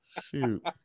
Shoot